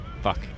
fuck